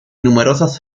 numerosas